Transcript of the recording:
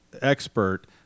expert